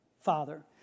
Father